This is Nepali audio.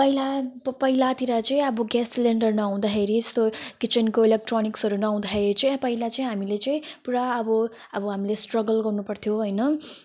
पहिला प पहिलातिर चाहिँ अब ग्यास सिलेन्डर नहुँदाखेरि यस्तो किचनको इलेक्ट्रोनिक्सहरू नहुँदाखेरि चाहिँ पहिला चाहिँ हामीले चाहिँ पुरा अब अब हामीले स्ट्रगल गर्नुपर्थ्यो हैन